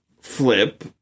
flip